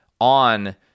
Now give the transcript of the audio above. on